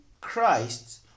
Christ